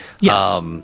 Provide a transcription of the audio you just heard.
Yes